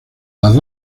las